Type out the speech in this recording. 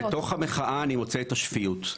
בתוך המחאה אני מוצא את השפיות.